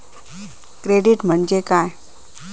Credit म्हणजे काय?